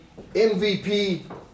MVP